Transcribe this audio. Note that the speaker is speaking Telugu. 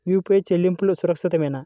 యూ.పీ.ఐ చెల్లింపు సురక్షితమేనా?